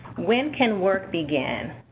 when can work begin?